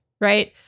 right